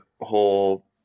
whole